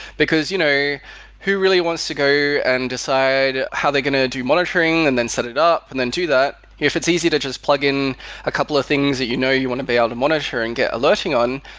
because you know who really wants to go and decide how they're going to do monitoring and then set it up and then do that if it's easy to just plug in a couple of things that you know you want to be able to monitor and get alerting on.